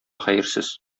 хәерсез